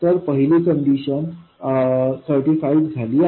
तर पहिली condition certified झाली आहे